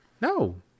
No